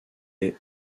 est